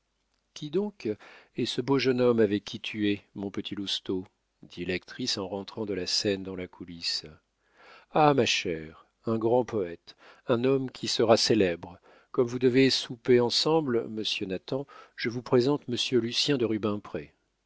qui donc est ce beau jeune homme avec qui tu es mon petit lousteau dit l'actrice en rentrant de la scène dans la coulisse ah ma chère un grand poète un homme qui sera célèbre comme vous devez souper ensemble monsieur nathan je vous présente monsieur lucien de rubempré